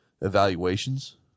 evaluations